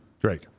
Drake